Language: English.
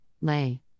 lay